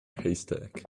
haystack